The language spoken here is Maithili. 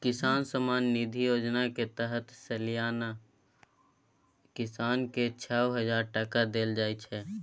किसान सम्मान निधि योजना केर तहत सलियाना किसान केँ छअ हजार टका देल जाइ छै